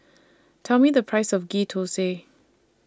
Tell Me The Price of Ghee Thosai